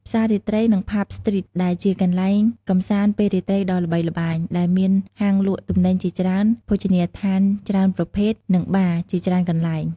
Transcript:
ផ្សាររាត្រីនិងផាប់ស្ទ្រីត ដែលជាកន្លែងកម្សាន្តពេលរាត្រីដ៏ល្បីល្បាញ ដែលមានហាងលក់ទំនិញជាច្រើន ភោជនីយដ្ឋានច្រើនប្រភេទ និងបារ ជាច្រើនកន្លែង។